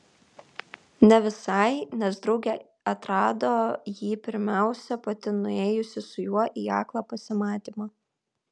ne visai nes draugė atrado jį pirmiausia pati nuėjusi su juo į aklą pasimatymą